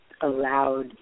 allowed